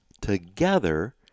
together